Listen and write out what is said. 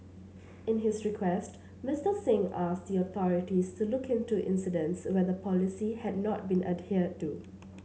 in his request Mister Singh asked the authorities to look into incidents where the policy had not been adhered to